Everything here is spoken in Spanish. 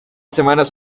semanas